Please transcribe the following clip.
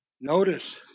Notice